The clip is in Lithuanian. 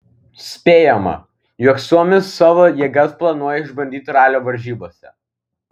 spėjama jog suomis savo jėgas planuoja išbandyti ralio varžybose